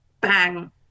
bang